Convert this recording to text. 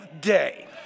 day